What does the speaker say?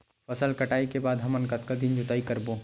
फसल कटाई के बाद हमन कतका दिन जोताई करबो?